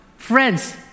friends